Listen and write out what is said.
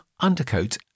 undercoat